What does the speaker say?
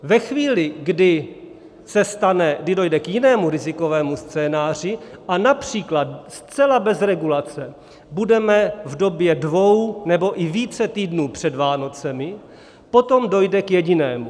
Ve chvíli, kdy dojde k jinému rizikovému scénáři a například zcela bez regulace budeme v době dvou nebo i více týdnů před Vánocemi, potom dojde k jedinému.